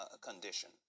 condition